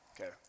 Okay